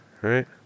right